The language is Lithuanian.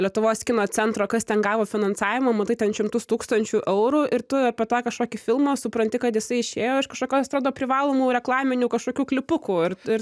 lietuvos kino centro kas ten gavo finansavimą matai ten šimtus tūkstančių eurų ir tu apie tą kažkokį filmą supranti kad jisai išėjo kažkokios atrodo privalomų reklaminių kažkokių klipukų ir ir